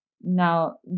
now